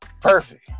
perfect